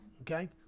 okay